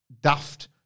daft